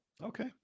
Okay